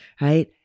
right